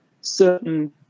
certain